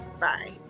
Bye